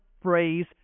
phrase